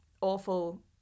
awful